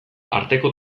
arteko